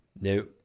no